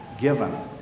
given